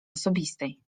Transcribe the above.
osobistej